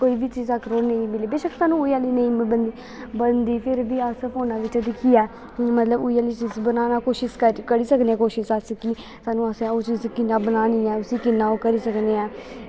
कोई बी चीज़ नेंई मिलै बेश्क्क एह् नेंई बनदी फिर बी अस फोनां बिच्च दिक्खियै मतलव उऐ जेही चीज़ बनाना कोशिश करी सकने कोशिश अस कि साह्नू असैं ओह् चीज़ कियां बनानी ऐं उसी कियां ओह् करी सकने ऐं